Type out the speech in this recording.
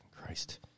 Christ